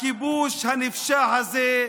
הכיבוש הנפשע הזה,